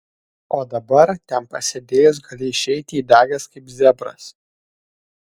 o dabar ten pasėdėjus gali išeiti įdegęs kaip zebras